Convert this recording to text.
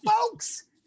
folks